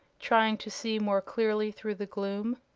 trying to see more clearly through the gloom.